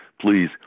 please